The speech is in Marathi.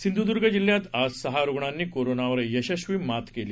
सिंधुदुर्ग जिल्ह्यात आज सहा रुग्णांनी कोरोनावर यशस्वी मात केली